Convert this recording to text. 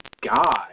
God